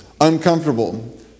uncomfortable